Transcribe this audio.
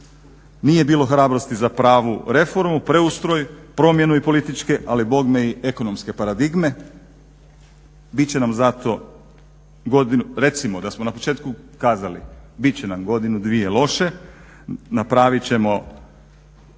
Nije bilo hrabrosti za pravu reformu, preustroj, promjenu i političke, ali bogme i ekonomske paradigme. Bit će nam zato recimo da smo na početku kazali bit će nam godinu, dvije loše, napravit ćemo